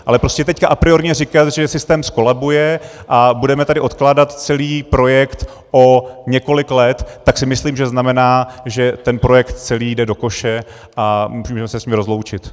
Ale teď apriorně říkat, že systém zkolabuje, a budeme tady odkládat celý projekt o několik let, tak si myslím, že znamená, že ten projekt celý jde do koše a můžeme se s ním rozloučit.